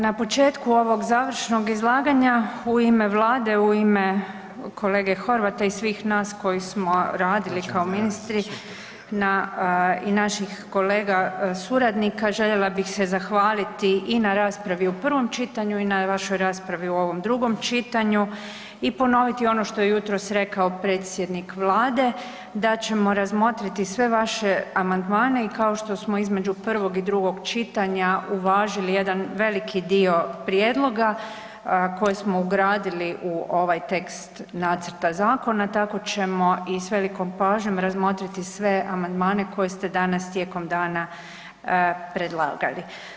Na početku ovog završnog izlaganja u ime vlade, u ime kolege Horvata i svih nas koji smo radili kao ministri na i naših kolega suradnika željela bih se zahvaliti i na raspravi u prvom čitanju i na vašoj raspravi u ovom drugom čitanju i ponoviti ono što je jutros rekao predsjednik vlade da ćemo razmotriti sve vaše amandmane i kao što smo između prvog i drugog čitanja uvažili jedan veliki dio prijedloga koji smo ugradili u ovaj tekst nacrta zakona tako ćemo i s velikom pažnjom razmotrili sve amandmane koje ste danas tijekom dana predlagali.